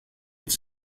het